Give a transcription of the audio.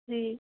जी